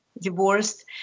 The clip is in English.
divorced